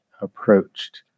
approached